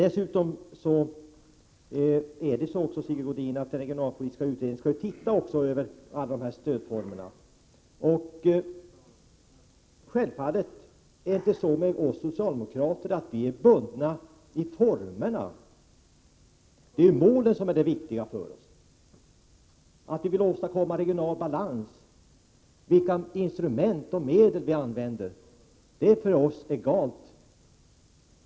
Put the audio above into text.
Dessutom skall den regionalpolitiska utredningen se över alla stödformerna, Sigge Godin. Självfallet är vi socialdemokrater inte bundna vid formerna. Det är målen som är det viktiga för oss. Vi vill åstadkomma regional balans, och vilka instrument som då kommer till användning är för oss egalt.